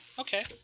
Okay